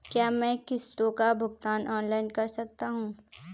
क्या मैं किश्तों का भुगतान ऑनलाइन कर सकता हूँ?